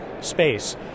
space